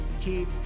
keep